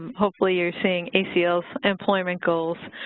hopefully you're seeing acl's employment goals.